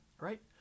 right